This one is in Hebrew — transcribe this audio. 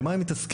במה הם מתעסקים?